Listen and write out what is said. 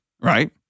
right